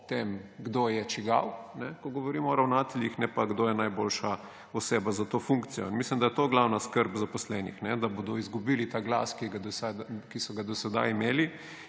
o tem, kdo je čigav, ko govorimo o ravnateljih, ne pa, kdo je najboljša oseba za to funkcijo. Mislim, da je to glavna skrb zaposlenih, da bodo izgubili ta glas, ki so ga do sedaj imeli,